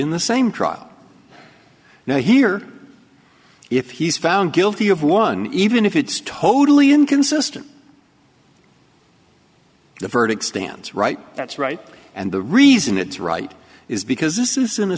in the same trial now here if he's found guilty of one even if it's totally inconsistent the verdict stands right that's right and the reason it's right is because this is in a